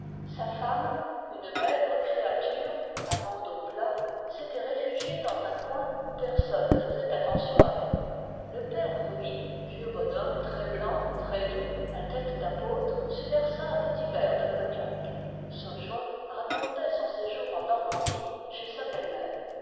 sa femme une maigre créature à bandeaux plats s'était réfugiée dans un coin où personne ne faisait attention à elle le père bruys vieux bonhomme très blanc très doux à tête d'apôtre se versa un petit verre de cognac saujon racontait son séjour en normandie chez sa belle-mère